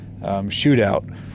shootout